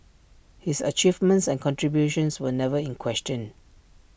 his achievements and contributions were never in question